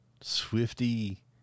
Swifty